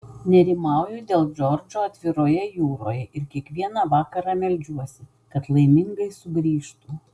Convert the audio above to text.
nerimauju dėl džordžo atviroje jūroje ir kiekvieną vakarą meldžiuosi kad laimingai sugrįžtų